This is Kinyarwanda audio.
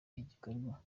igikorwa